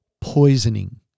poisoning